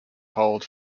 hold